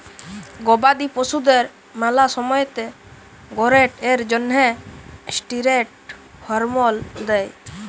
গবাদি পশুদের ম্যালা সময়তে গোরোথ এর জ্যনহে ষ্টিরেড হরমল দেই